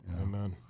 amen